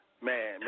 Man